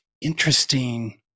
interesting